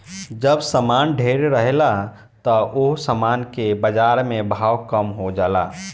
जब सामान ढेरे रहेला त ओह सामान के बाजार में भाव कम हो जाला